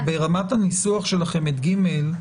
ברמת הניסוח שלכם את (ג),